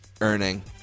earning